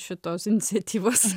šitos iniciatyvos